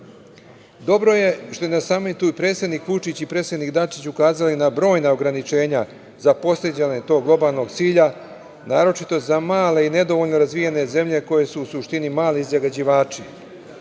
je što su na samitu predsednik Vučić i predsednik Dačić ukazali na brojna ograničenja za postizanje tog globalnog cilja, naročito za male i nedovoljno razvijene zemlje koje su u suštini mali zagađivači,